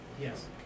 Yes